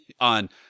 on